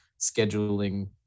scheduling